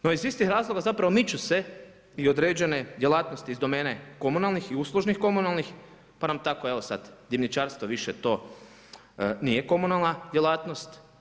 No, iz istih razloga zapravo miču se i određene djelatnosti iz domene komunalnih i uslužnih komunalnih, pa nam tako evo sada dimnjačarstvo više to nije komunalna djelatnost.